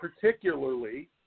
particularly